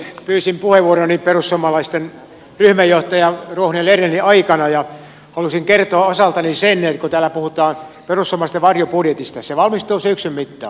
pyysin puheenvuoroni perussuomalaisten ryhmänjohtaja ruohonen lernerin puheen aikana ja halusin kertoa osaltani että kun täällä puhutaan perussuomalaisten varjobudjetista se valmistuu syksyn mittaan